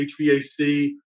HVAC